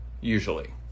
usually